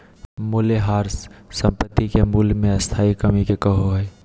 मूल्यह्रास संपाति के मूल्य मे स्थाई कमी के कहो हइ